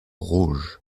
rouge